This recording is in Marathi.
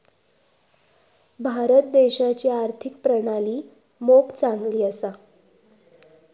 भारत देशाची आर्थिक प्रणाली मोप चांगली असा